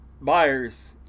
buyers